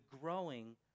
growing